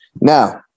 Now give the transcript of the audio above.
now